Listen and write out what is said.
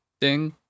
Ding